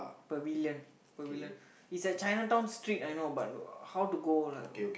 pavilion pavilion it's at Chinatown Street I know but how to go like